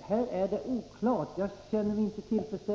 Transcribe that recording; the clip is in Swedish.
Här är det oklart. Jag känner mig inte tillfredsställd.